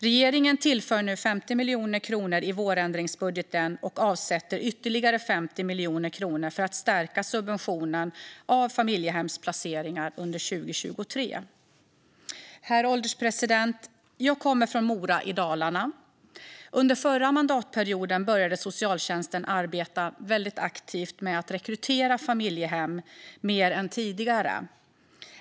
Regeringen tillför nu 50 miljoner kronor i vårändringsbudgeten och avsätter ytterligare 50 miljoner kronor för att stärka subventionen av familjehemsplaceringar under 2023. Herr ålderspresident! Jag kommer från Mora i Dalarna. Under förra mandatperioden började socialtjänsten att arbeta aktivt med att rekrytera familjehem i högre grad än tidigare.